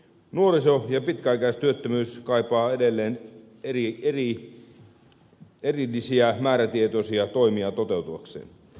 nuoriso ja pitkäaikaistyöttömyyden alentaminen kaipaa edelleen erillisiä määrätietoisia toimia toteutuakseen